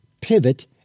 pivot